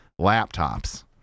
laptops